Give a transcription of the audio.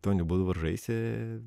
tokiu būdu varžaisi